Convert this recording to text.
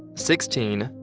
sixteen,